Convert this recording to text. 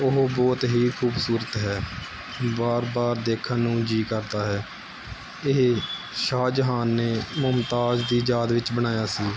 ਉਹ ਬਹੁਤ ਹੀ ਖੂਬਸੂਰਤ ਹੈ ਵਾਰ ਵਾਰ ਦੇਖਣ ਨੂੰ ਜੀ ਕਰਦਾ ਹੈ ਇਹ ਸ਼ਾਹ ਜਹਾਨ ਨੇ ਮੁਮਤਾਜ਼ ਦੀ ਯਾਦ ਵਿੱਚ ਬਣਾਇਆ ਸੀ